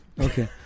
Okay